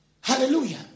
Hallelujah